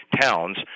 towns